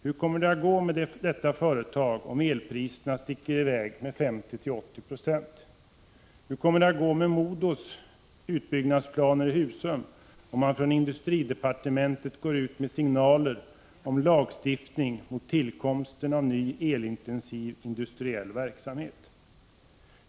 Hur kommer det att gå med detta företag om elpriserna höjs med 50-80 26? Hur kommer det att gå med MoDos utbyggnadsplaner i Husum, om man från industridepartementet går ut med signaler om lagstiftning mot tillkomsten av ny elintensiv industriell verksamhet?